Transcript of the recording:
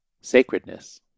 sacredness